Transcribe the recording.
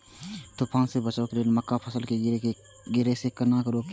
तुफान से बचाव लेल मक्का फसल के गिरे से केना रोकी?